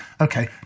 Okay